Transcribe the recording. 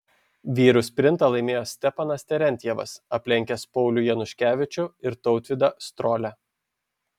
vyrų sprintą laimėjo stepanas terentjevas aplenkęs paulių januškevičių ir tautvydą strolią